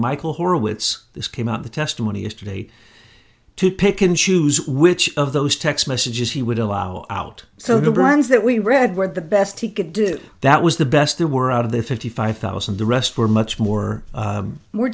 michael horowitz this came out of the testimony yesterday to pick and choose which of those text messages he would allow out so the burns that we read were the best he could do that was the best there were out of the fifty five thousand and the rest for much more more